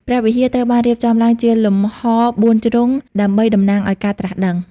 ព្រះវិហារ ត្រូវបានរៀបចំឡើងជាលំហបួនជ្រុងដើម្បីតំណាងឱ្យការត្រាស់ដឹង។